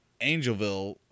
Angelville